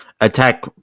Attack